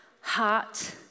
heart